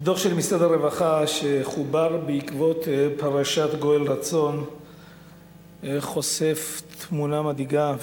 דוח של משרד הרווחה שחובר בעקבות פרשת גואל רצון חושף תמונה מדאיגה,